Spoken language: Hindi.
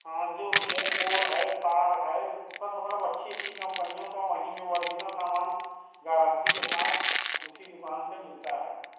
हाँ जो भी है बोर्ड है तार है ऊ सब मतलब अच्छी अच्छी कंपनियों का वहीं पर वोरिजिनल सामान गारंटी के साथ उसी दुकान से मिलता है